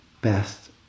best